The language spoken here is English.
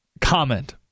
comment